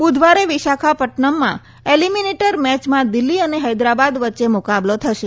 બુધવારે વિશાખાપટ્ટનમમાં એલીમીનેટર મેચમાં દિલ્હી અને હેદરાબાદ વચ્ચે મુકાબલો થશે